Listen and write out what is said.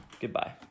Goodbye